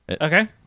Okay